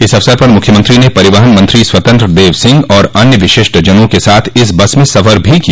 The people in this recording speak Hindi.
इस अवसर पर मुख्यमंत्री ने परिवहन मंत्री स्वतंत्र देव सिंह और अन्य विशिष्टजनों के साथ इस बस मे सफर भी किया